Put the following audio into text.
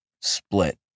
split